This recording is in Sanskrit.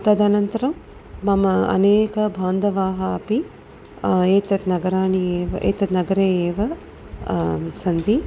तदनन्तरं मम अनेके बान्धवाः अपि एतत् नगरे एव एतत् नगरे एव सन्ति